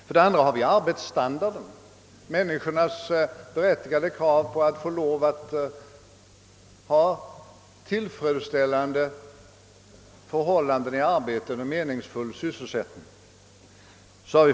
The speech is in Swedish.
För det andra har vi arbetsstandarden — människornas berättigade krav på tillfredsställande förhållanden i ett arbete med meningsfulla uppgifter.